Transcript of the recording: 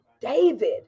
David